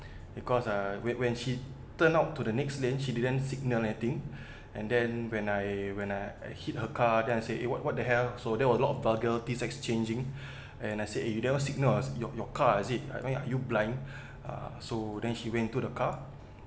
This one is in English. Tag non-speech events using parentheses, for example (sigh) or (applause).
because uh when when she turned out to the next lane she didn't signal anything (breath) and then when I when I hit her car then I say eh what what the hell so there was a lot of vulgarities exchanging (breath) and I say eh you never signal ah your your car is it I mean you blind (breath) uh so then she went to the car